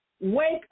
Wake